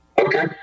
okay